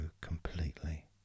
completely